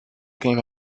came